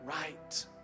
right